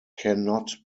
cannot